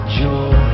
joy